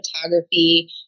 photography